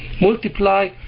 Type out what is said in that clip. multiply